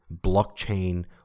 blockchain